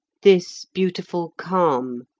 this beautiful calm,